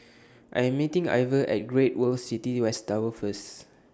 I Am meeting Iver At Great World City West Tower First